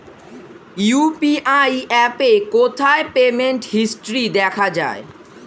UPI অ্যাপে কোথায় payment history দেখা যায়?